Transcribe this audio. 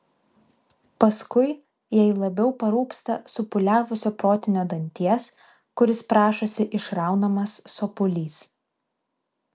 paskui jai labiau parūpsta supūliavusio protinio danties kuris prašosi išraunamas sopulys